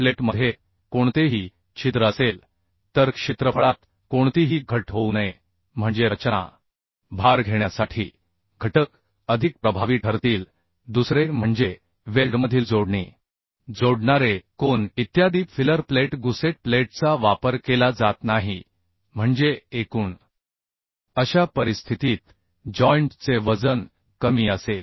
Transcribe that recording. प्लेटमध्ये कोणतेही छिद्र असेल तर क्षेत्रफळात कोणतीही घट होऊ नये म्हणजे रचना भार घेण्यासाठी घटक अधिक प्रभावी ठरतील दुसरे म्हणजे वेल्डमधील जोडणी जोडणारे कोन इत्यादी फिलर प्लेट गुसेट प्लेटचा वापर केला जात नाही म्हणजे एकूण अशा परिस्थितीत जॉईन्ट चे वजन कमी असेल